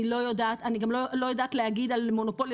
אני גם לא יודעת להגיד על מונופול.